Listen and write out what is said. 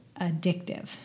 addictive